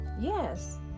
Yes